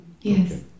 Yes